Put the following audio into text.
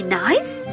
nice